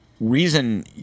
Reason